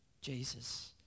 jesus